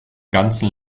ganzen